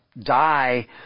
die